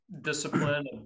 discipline